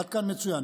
עד כאן מצוין.